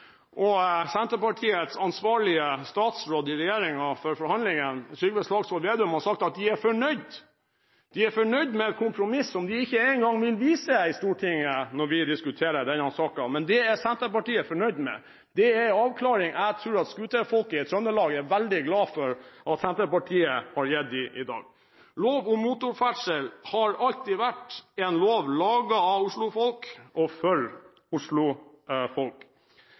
og Senterpartiets ansvarlige statsråd i regjeringen for forhandlingene, Trygve Slagsvold Vedum, har sagt at de er fornøyd – de er fornøyd med et kompromiss som de ikke engang vil vise i Stortinget når vi diskuterer denne saken. Men det er Senterpartiet fornøyd med. Det er en avklaring jeg tror at scooterfolket i Trøndelag er veldig glad for at Senterpartiet har gitt dem i dag. Lov om motorferdsel har alltid vært en lov laget av Oslo-folk og